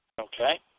Okay